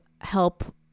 help